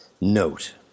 Note